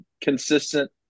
consistent